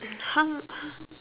h~